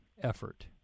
Effort